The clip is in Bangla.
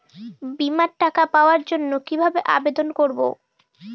বিমার টাকা পাওয়ার জন্য কিভাবে আবেদন করব?